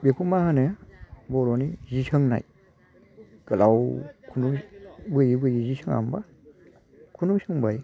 बेखौ मा होनो बर'नि जि सोंनाय गोलाव खुन्दुं बोयै बोयै जि सोङा होमबा खुन्दुं सोंबाय